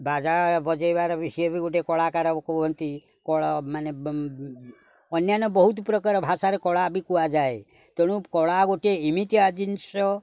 ବାଜା ବଜେଇବାର ବି ସିଏ ବି ଗୋଟେ କଳାକାର କୁହନ୍ତି କଳା ମାନେ ଅନ୍ୟାନ୍ୟ ବହୁତ ପ୍ରକାର ଭାଷାରେ କଳା ବି କୁହାଯାଏ ତେଣୁ କଳା ଗୋଟିଏ ଏମିତିଆ ଜିନିଷ